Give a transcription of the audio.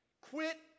Quit